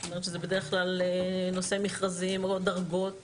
זאת אומרת שזה בדרך כלל נושא מכרזים או דרגות.